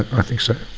i think so,